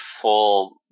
full